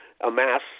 amass